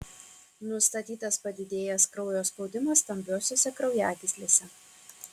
nustatytas padidėjęs kraujo spaudimas stambiosiose kraujagyslėse